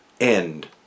end